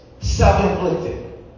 self-inflicted